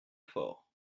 fort